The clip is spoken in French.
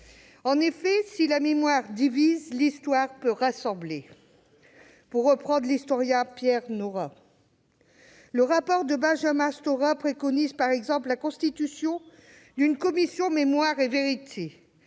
En effet, « si la mémoire divise, l'histoire peut rassembler », comme l'écrit l'historien Pierre Nora. Le rapport de Benjamin Stora préconise par exemple la constitution d'une commission « Mémoires et vérité